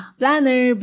planner